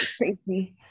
crazy